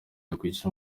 yakwirinda